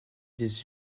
des